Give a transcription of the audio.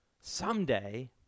Someday